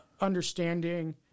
understanding